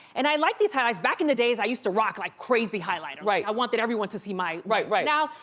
and i like these highlights. back in the days, i used to rock like crazy highlighter. right. i wanted everyone to see my right, right. now,